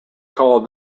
called